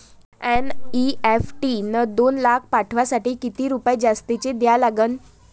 NEFT न दोन लाख पाठवासाठी किती रुपये जास्तचे द्या लागन?